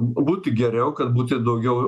būti geriau kad būti daugiau